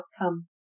outcome